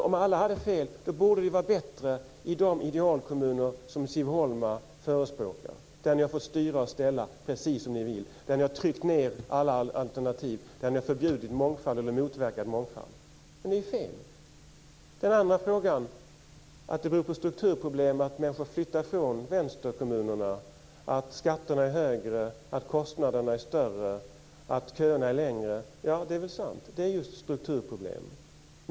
Om alla hade fel borde det vara bättre i de idealkommuner som Siv Holma förespråkar där ni har fått styra och ställa precis som ni vill, där ni har tryckt ned alla alternativ och där ni har förbjudit eller motverkat mångfald. Men det är fel. Svaret på den andra frågan var att det beror på strukturproblem att människor flyttar ifrån vänsterkommunerna, att skatterna är högre, kostnaderna större och köerna längre. Ja, det är väl sant att det är just strukturproblem.